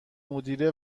مدیره